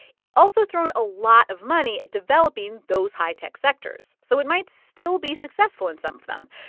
it's also thrown a lot of money at developing those high-tech sectors so it might still be successful in some of them.